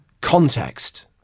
context